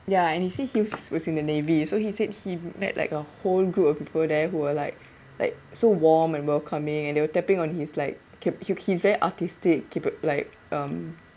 ya and he said he was in the navy so he said he met like a whole group of people there who were like like so warm and welcoming and they were tapping on his like kept he's very artistic keep it like um